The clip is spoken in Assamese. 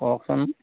কওকচোন